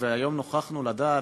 והיום נוכחנו לדעת,